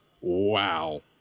wow